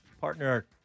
partner